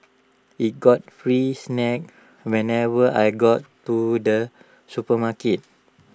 E got free snacks whenever I got to the supermarket